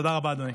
תודה רבה, אדוני.